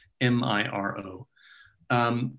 M-I-R-O